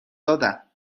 دادم